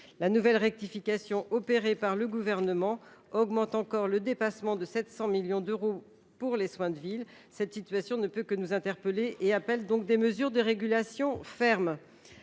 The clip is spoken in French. La nouvelle rectification opérée par le Gouvernement augmente encore le dépassement de 700 millions d’euros pour lesdits soins. Cette situation, qui ne peut que nous interpeller, appelle des mesures de régulation fermes.